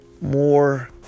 more